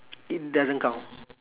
it doesn't count